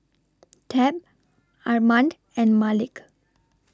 Tab Armand and Malik